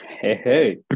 Hey